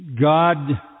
God